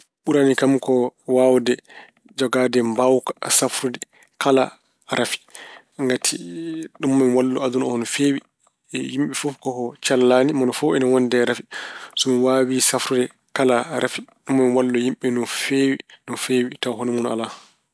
Ɓurani kam ko waawde jogaade mbaawka safrude kala rafi. Ngati ɗum maa mi wallu aduna oo no feewi. Yimɓe fof ko- ko- cellaani. Mone fof ine woni e rafi. So mi waawi safrude kala rafi maa mi wallu yimɓe no feewi- no feewi tawa hono mun alaa.